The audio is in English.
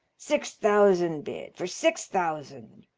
six thousand bid. for six thousand!